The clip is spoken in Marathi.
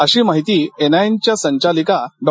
अशी माहिती एनआयएनच्या संचालिका डॉ